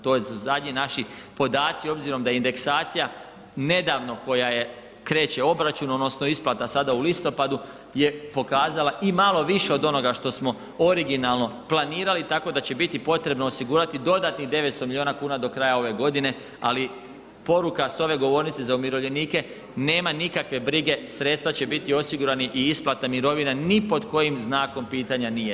To su zadnji naši podaci obzirom da indeksacija nedavno koja je kreće obračun, odnosno isplata sada u listopadu je pokazala i malo više od onoga što smo originalno planirali, tako da će biti potrebo osigurati dodatnih 900 milijuna kuna do kraja ove godine, ali poruka s ove govornice za umirovljenike, nema nikakve brige, sredstva će biti osigurana i isplata mirovine ni pod kojim znakom pitanja nije.